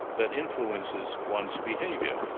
that influences one's behaviour.